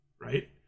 right